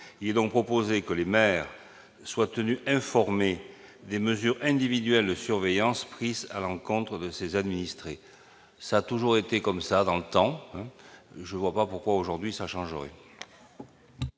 il y a donc proposé que les maires soient tenus informés des mesures individuelles de surveillance prises à l'encontre de ses administrés, ça a toujours été comme ça dans le temps, je vois pas pourquoi aujourd'hui, ça changerait.